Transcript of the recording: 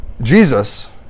Jesus